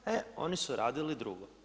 E oni su radili drugo.